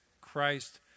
Christ